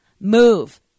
move